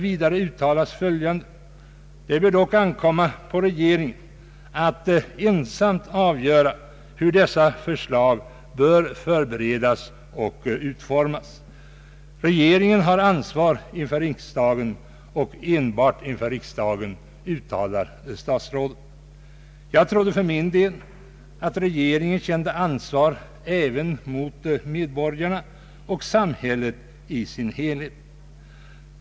Vidare uttalas följande: ”Det bör dock ankomma på regeringen att ensam avgöra hur dess förslag bör förberedas och utformas. Regeringen har ansvar inför riksdagen och enbart inför riksdagen.” Jag trodde för min del att regeringen kände ansvar även för medborgarna och samhället i dess helhet.